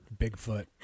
Bigfoot